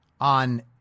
on